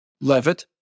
Levitt